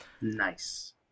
nice